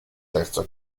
terzo